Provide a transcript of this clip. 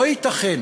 לא ייתכן